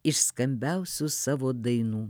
iš skambiausių savo dainų